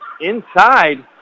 inside